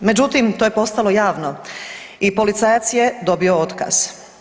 Međutim, to je postalo javno i policajac je dobio otkaz.